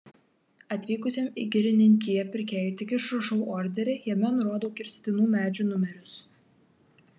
atvykusiam į girininkiją pirkėjui tik išrašau orderį jame nurodau kirstinų medžių numerius